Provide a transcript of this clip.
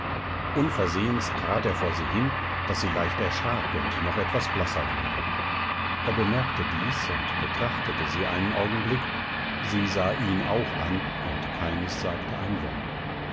unversehens trat er vor sie hin daß sie leicht erschrak und noch etwas blasser wurde er bemerkte dies und betrachtete sie einen augenblick sie sah ihn auch an und keines sagte ein wort